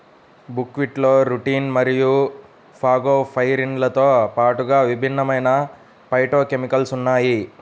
బుక్వీట్లో రుటిన్ మరియు ఫాగోపైరిన్లతో పాటుగా విభిన్నమైన ఫైటోకెమికల్స్ ఉన్నాయి